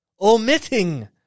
omitting